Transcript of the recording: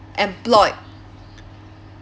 employed